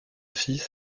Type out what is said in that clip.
fils